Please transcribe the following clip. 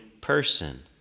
person